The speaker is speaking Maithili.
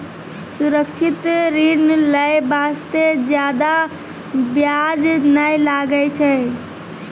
सुरक्षित ऋण लै बास्ते जादा बियाज नै लागै छै